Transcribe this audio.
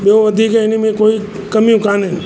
ॿियो वधीक इनमें कोई कमियूं कोन्ह आहिनि